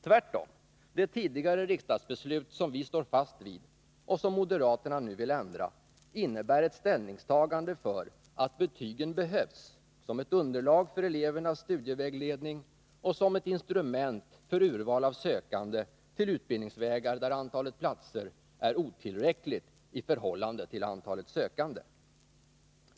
Tvärtom, de tidigare riksdagsbeslut som vi står fast vid och som moderaterna nu vill ändra, innebär ett ställningstagande för att betygen behövs som ett underlag för elevernas studievägledning samt som ett instrument för urval av sökande till utbildningsvägar, där antalet platser är otillräckligt i förhållande till antalet sökande.